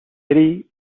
city